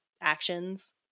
actions